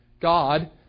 God